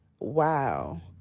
wow